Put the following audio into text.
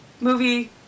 Movie